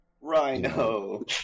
Rhino